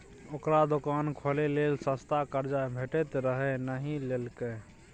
ओकरा दोकान खोलय लेल सस्ता कर्जा भेटैत रहय नहि लेलकै